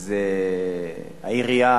זה העירייה